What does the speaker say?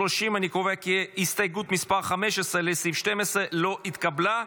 30. אני קובע כי הסתייגות 15 לסעיף 12 לא התקבלה.